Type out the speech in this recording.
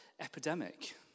epidemic